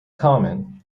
common